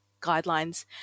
guidelines